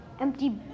empty